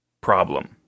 problem